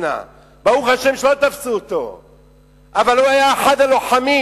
ברוך השם שלא תפסו אותו, אבל הוא היה אחד הלוחמים.